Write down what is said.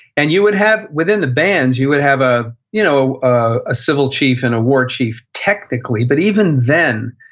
and you would have within the bands, you would have ah you know ah a civil chief and a war chief. technically but even then,